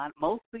Mostly